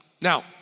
Now